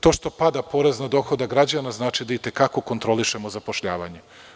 To što pada porez na dohodak građana, znači da i te kako kontrolišemo zapošljavanje.